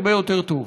הרבה יותר טוב.